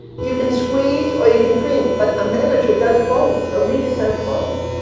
you can squeeze or you can dream. but a manger does both. a leader does both.